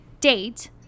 date